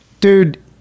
dude